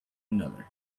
another